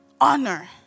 Honor